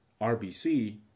RBC